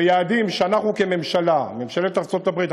אלה יעדים שאנחנו כממשלה וממשלת ארצות-הברית,